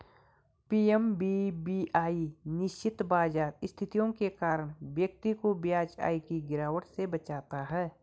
PMVVY अनिश्चित बाजार स्थितियों के कारण व्यक्ति को ब्याज आय की गिरावट से बचाता है